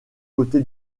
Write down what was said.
côté